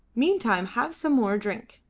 meantime have some more drink.